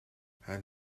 and